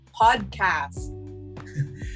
podcast